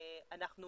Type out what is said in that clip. אנחנו